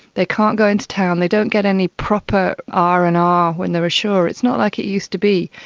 they can't go into town, they don't get any proper r and r when they are ashore. it's not like it used to be.